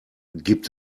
gibt